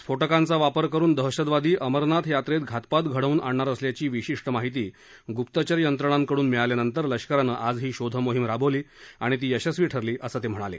स्फोटकांचा वापर करून दहशतवादी अमरनाथ यात्रेत घातपात घडवून आणणार असल्याची विशिष्ट माहिती गुप्तचर यंत्रणांकडून मिळाल्यानंतर लष्करानं आज ही शोध मोहीम राबवली आणि ती यशस्वी ठरली असं ते म्हणाले